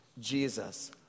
Jesus